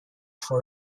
for